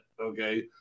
Okay